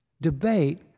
debate